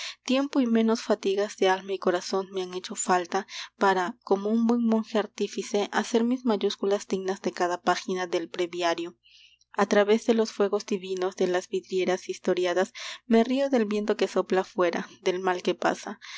tiempo y menos fatigas de alma y corazón me han hecho falta para como un buen monje artífice hacer mis mayúsculas dignas de cada página del breviario a través de los fuegos divinos de las vidrieras historiadas me río del viento que sopla afuera del mal que pasa